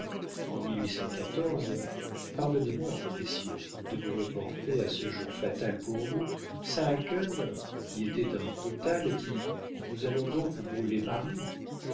en pardonnez-moi messieurs de vous reporter à ce jour fatal pour vous saacken qui était un brutal dit nous allons donc brûler paris